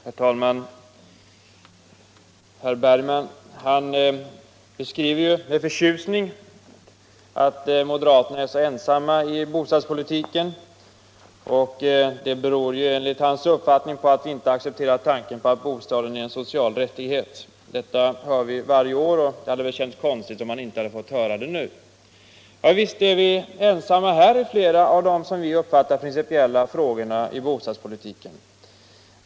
Herr talman! Herr Bergman i Göteborg beskriver med förtjusning hur ensamma moderaterna är i bostadspolitiken. Det beror enligt hans uppfattning på att vi inte accepterar tanken på att bostaden är en social rättighet. Detta hör vi varje år, och det hade väl känts konstigt om man inte hade fått höra det nu. Ja, visst är vi ensamma här i flera av de, som vi uppfattar det, principella frågorna i bostadspolitiken.